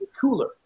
cooler